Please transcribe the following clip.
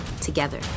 together